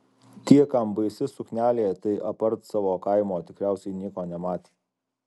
tie kam baisi suknelė tai apart savo kaimo tikriausiai nieko nematė